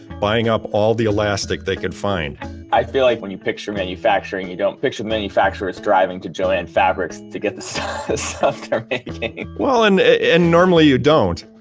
buying up all the elastic they could find i feel like when you picture manufacturing, you don't picture manufacturers driving to jo-ann fabrics to get this stuff or anything and and normally you don't,